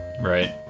right